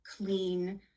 Clean